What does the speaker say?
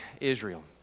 Israel